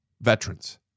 veterans